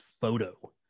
photo